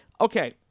okay